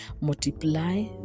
multiply